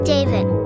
David